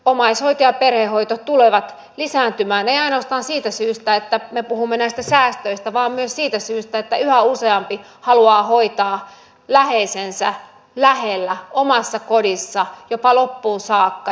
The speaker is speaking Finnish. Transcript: omaishoito ja perhehoito tulevat lisääntymään eivät ainoastaan siitä syystä että me puhumme näistä säästöistä vaan myös siitä syystä että yhä useampi haluaa hoitaa läheisensä lähellä omassa kodissa jopa loppuun saakka